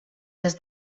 des